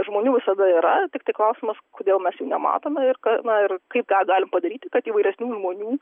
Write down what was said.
žmonių visada yra tiktai klausimas kodėl mes jų nematome ir ką na ir kaip ką galim padaryti kad įvairesnių žmonių